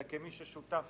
אני אומר את זה כמי ששותף